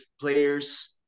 players